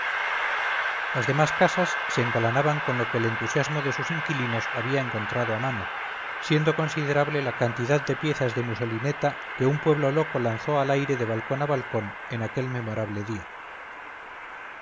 las demás casas se engalanaban con lo que el entusiasmo de sus inquilinos había encontrado a mano siendo considerable la cantidad de piezas de musolineta que un pueblo loco lanzó al aire de balcón a balcón en aquel memorable día